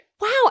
Wow